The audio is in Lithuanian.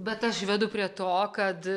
bet aš vedu prie to kad